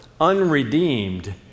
unredeemed